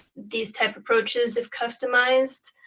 these type approaches, if customized,